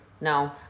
no